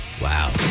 Wow